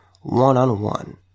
one-on-one